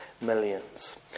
millions